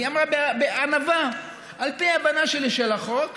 היא אמרה בענווה: על פי ההבנה שלי של החוק,